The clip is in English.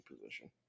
position